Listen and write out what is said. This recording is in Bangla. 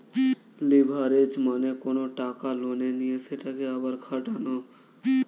লিভারেজ মানে কোনো টাকা লোনে নিয়ে সেটাকে আবার খাটানো